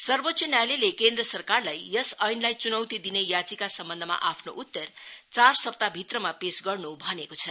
सर्वोच्च न्यायालयले केन्द्र सरकारलाई यस एनलाई च्नौती दिने याचिका सम्बन्धमा आफ्नो उत्तर चार सप्ताह भित्रमा पेश गर्न् भनेको छ